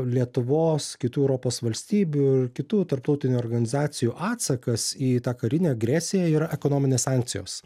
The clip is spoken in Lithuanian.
lietuvos kitų europos valstybių ir kitų tarptautinių organizacijų atsakas į tą karinę agresiją yra ekonominės sankcijos